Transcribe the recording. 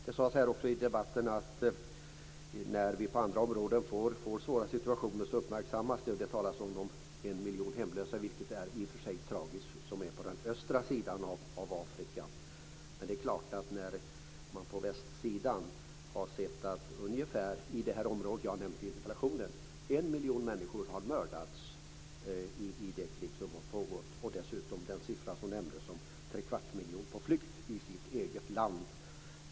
Det sades också i debatten att när vi på andra områden får svåra situationer uppmärksammas det. Det talas om en miljon hemlösa, vilket i och för sig är tragiskt, på den östra sidan av Afrika. Men på västsidan har ungefär en miljon människor, i det område jag nämnt i interpellationen, mördats i det krig som har pågått. Dessutom är trekvarts miljon människor, som var den siffra som nämndes, på flykt i sitt eget land.